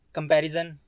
Comparison